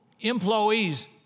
employees